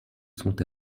sont